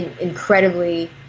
incredibly